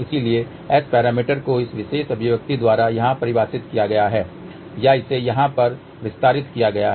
इसलिए S parameter को इस विशेष अभिव्यक्ति द्वारा यहां परिभाषित किया गया है या इसे यहां पर विस्तारित किया गया है